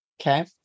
Okay